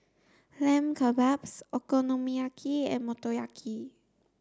Lamb Kebabs Okonomiyaki and Motoyaki